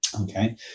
okay